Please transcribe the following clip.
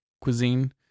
cuisine